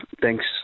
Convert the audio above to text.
thanks